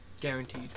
Guaranteed